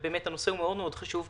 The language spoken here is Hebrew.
והנושא הוא מאוד מאוד חשוב.